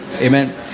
Amen